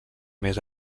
més